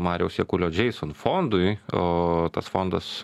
mariaus jakulio džeison fondui o tas fondas